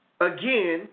again